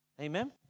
Amen